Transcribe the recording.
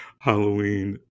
Halloween